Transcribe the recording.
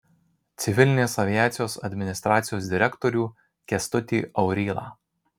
civilinės aviacijos administracijos direktorių kęstutį aurylą